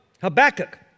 Habakkuk